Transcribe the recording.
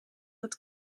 het